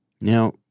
Now